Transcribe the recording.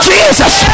Jesus